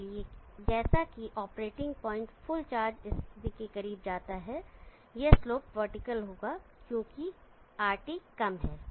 इसलिए जैसा कि ऑपरेटिंग पॉइंट फुल चार्ज स्थिति के करीब जाता है यह स्लोप वर्टिकल होगा क्योंकि RT कम है